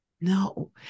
No